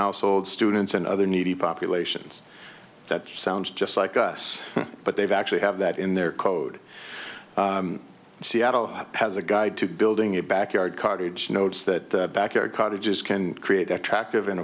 households students and other needy populations that sounds just like us but they've actually have that in their code seattle has a guide to building a backyard cottage notes that backyard cottages can create attractive and